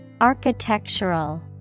Architectural